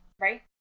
right